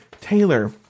Taylor